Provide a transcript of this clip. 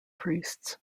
priests